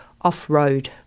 off-road